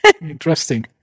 Interesting